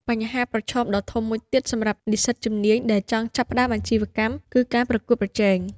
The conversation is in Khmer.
បញ្ហាប្រឈមដ៏ធំមួយទៀតសម្រាប់និស្សិតជំនាញដែលចង់ចាប់ផ្តើមអាជីវកម្មគឺការប្រកួតប្រជែង។